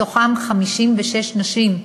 בתוכם 56 נשים.